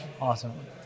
Awesome